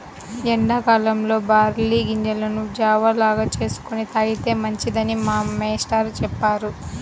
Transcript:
ఎండా కాలంలో బార్లీ గింజలను జావ లాగా చేసుకొని తాగితే మంచిదని మా మేష్టారు చెప్పారు